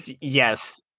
Yes